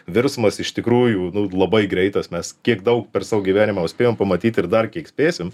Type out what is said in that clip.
virsmas iš tikrųjų nu labai greitas mes kiek daug per savo gyvenimą jau spėjom pamatyti ir dar kiek spėsim